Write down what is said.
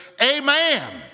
amen